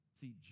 See